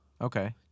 Okay